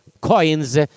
coins